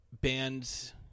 bands